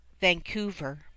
Vancouver